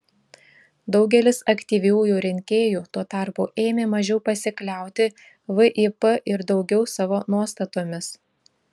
daugelis aktyviųjų rinkėjų tuo tarpu ėmė mažiau pasikliauti vip ir daugiau savo nuostatomis